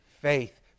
faith